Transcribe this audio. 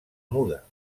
muda